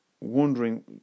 wondering